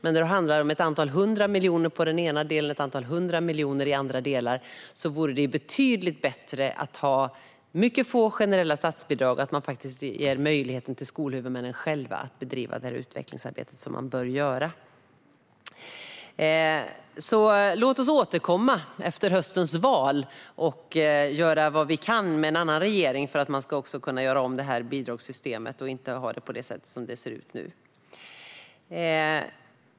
I stället för ett antal hundra miljoner på den ena delen och ett antal hundra miljoner i andra delar vore det betydligt bättre att ha mycket få generella statsbidrag och att ge möjlighet till skolhuvudmännen själva att bedriva det utvecklingsarbete som de bör göra. Låt oss efter höstens val återkomma med en annan regering och göra vad vi kan för att göra om bidragssystemet så att det inte ser ut som det gör nu.